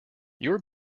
your